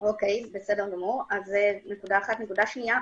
נקודה שנייה.